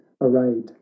arrayed